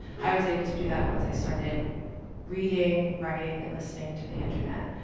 i was able to do that once i started reading, writing, and listening to the internet.